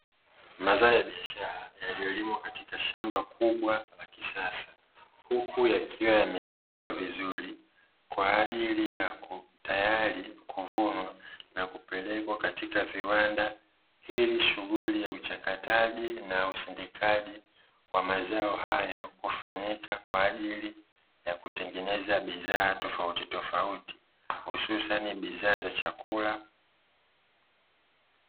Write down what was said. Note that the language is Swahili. Mazao ya biashara yanayolimwa katika shamba kubwa la kisasa, huku yakiwa yamechipua vizuri tayari kuvunwa na kupelekwa katika viwanda ili shughuli ya uchakataji na usindikaji wa mazao hayo kufanyika kwa ajili ya kutengeneza bidhaa tofautitofauti hususa ni bidhaa za chakula.